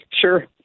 Sure